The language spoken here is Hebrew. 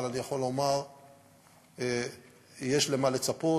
אבל אני יכול לומר שיש למה לצפות,